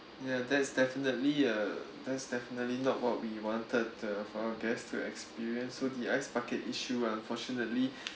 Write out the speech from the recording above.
ya that's definitely a that's definitely not what we wanted uh for our guests to experience so the ice bucket issue unfortunately